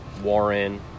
Warren